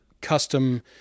custom